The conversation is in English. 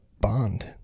bond